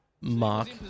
Mark